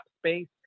space